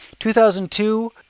2002